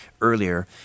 earlier